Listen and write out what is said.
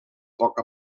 poc